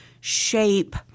shape